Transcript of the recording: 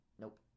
Nope